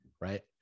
right